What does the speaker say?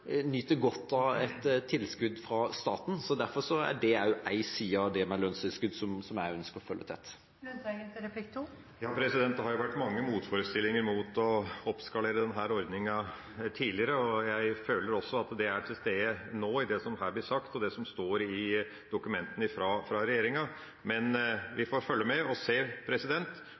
nyter godt av et tilskudd fra staten. Derfor er dette også en side av det med lønnstilskudd som jeg ønsker å følge tett. Det har vært mange motforestillinger mot å oppskalere denne ordninga tidligere. Jeg føler også at dette er til stede nå i det som blir sagt, og i det som står i dokumentene fra regjeringa. Men vi får følge med og